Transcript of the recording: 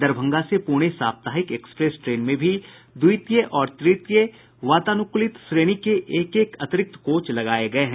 दरभंगा से पूणे साप्ताहिक express train में भी द्वितीय और तृतीय वातानुकूलित श्रेणी के एक एक अतिरिक्त कोच लगाये गये हैं